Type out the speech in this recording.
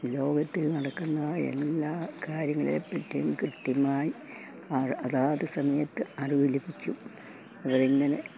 ലോകത്തിൽ നടക്കുന്ന എല്ലാ കാര്യങ്ങളെപ്പറ്റിയും കൃത്യമായി അതാത് സമയത്ത് അറിവ് ലഭിക്കും അവരങ്ങനെ